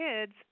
kids